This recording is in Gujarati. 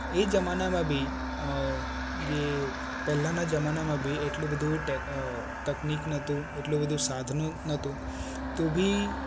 એ જમાનામાં બી જે પહેલાના જમાનામાં બી એટલું બધું તકનિક નહોતું એટલું બધું સાધન નહોતું તો ભી